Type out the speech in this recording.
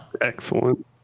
Excellent